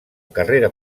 carrera